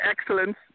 excellence